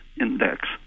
index